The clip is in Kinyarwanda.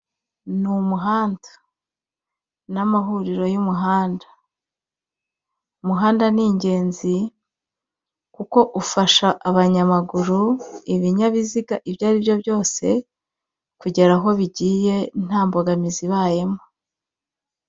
Ni mu muhanda! N'amahuriro y'umuhanda. Umuhanda ni ingenzi kuko ufasha abanyamaguru, ibinyabiziga ibyo ari byo byose kugera aho bigiye nta mbogamizi ibayemo.